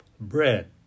bread